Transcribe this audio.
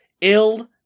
Ill